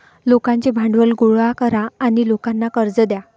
लोकांचे भांडवल गोळा करा आणि लोकांना कर्ज द्या